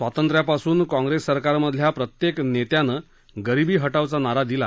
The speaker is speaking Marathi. स्वातच्यापासून काँग्रेस सरकारमधल्या प्रत्येक नेत्यानं गरिबी हटावचा नारा दिला